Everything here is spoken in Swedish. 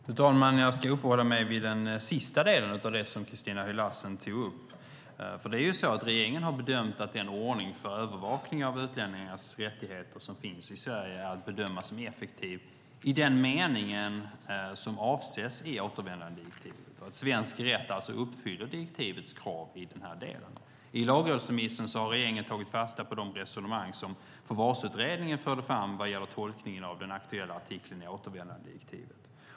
Fru talman! Jag ska uppehålla mig vid den sista delen av det som Christina Höj Larsen tog upp. Regeringen har bedömt att den ordning för övervakning av utlänningars rättigheter som finns i Sverige är att bedöma som effektiv i den mening som avses i återvändandedirektivet, alltså att svensk rätt uppfyller direktivets krav i den här delen. I lagrådsremissen har regeringen tagit fasta på de resonemang som Förvarsutredningen förde fram vad gäller tolkningen av den aktuella artikeln i återvändandedirektivet.